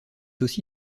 aussi